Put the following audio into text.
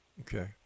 okay